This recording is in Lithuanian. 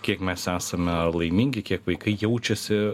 kiek mes esame laimingi kiek vaikai jaučiasi